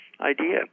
idea